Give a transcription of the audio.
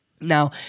Now